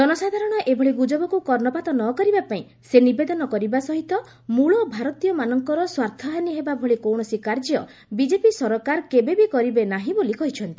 ଜନସାଧାରଣ ଏଭଳି ଗୁଜବକୁ କର୍ଷପାତ ନକରିବା ପାଇଁ ସେ ଜନସାଧାରଣଙ୍କୁ ନିବେଦନ କରିବା ସହିତ ମୂଳ ଭାରତୀୟମାନଙ୍କର ସ୍ୱାର୍ଥହାନୀ ହେବା ଭଳି କୌଣସି କାର୍ଯ୍ୟ ବିଜେପି ସରକାର କେବେବି କରିବେ ନାହିଁ ବୋଲି କହିଛନ୍ତି